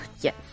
Yes